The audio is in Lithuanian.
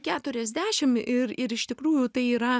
keturiasdešim ir ir iš tikrųjų tai yra